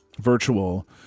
virtual